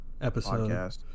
episode